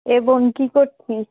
এ বোন কী করছিস